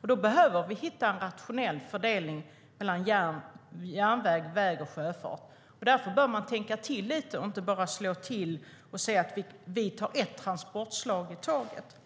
Då behöver vi hitta en rationell fördelning mellan järnväg, väg och sjöfart. Därför behöver man tänka till lite och inte bara slå till och säga: Vi tar ett transportslag i taget.